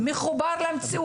הוא צריך להיות מחובר למציאות,